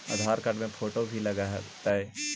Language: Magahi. आधार कार्ड के फोटो भी लग तै?